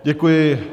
Děkuji.